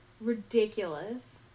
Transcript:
Ridiculous